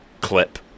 clip